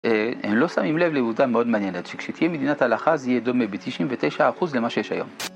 הם לא שמים לב לעבודה מאוד מעניינת שכשתהיה מדינת הלכה זה יהיה דומה ב-99% למה שיש היום.